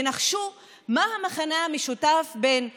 נחשו מה המכנה המשותף בין טבריה,